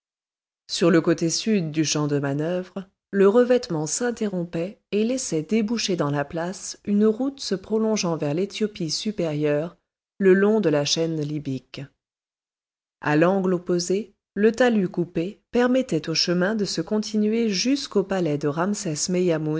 sur le côté sud du champ de manœuvre le revêtement s'interrompait et laissait déboucher dans la place une route se prolongeant vers l'éthiopie supérieure le long de la chaîne libyque à l'angle opposé le talus coupé permettait au chemin de se continuer jusqu'au palais de